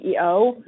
CEO